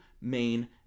main